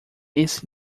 esse